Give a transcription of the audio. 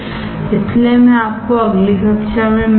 इसलिए मैं आपको अगली कक्षा में मिलता हूं